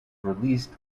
released